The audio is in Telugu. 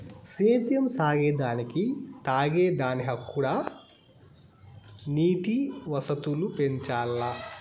సేద్యం సాగే దానికి తాగే దానిక్కూడా నీటి వసతులు పెంచాల్ల